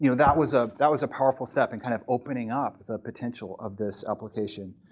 you know that was ah that was a powerful step in kind of opening up the potential of this application.